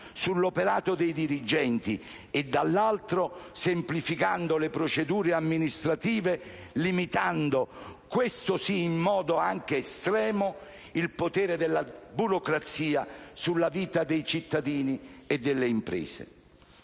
sull'operato dei dirigenti e - dall'altro - semplificando le procedure amministrative, limitando - questo sì - in modo anche estremo il potere della burocrazia sulla vita dei cittadini e delle imprese.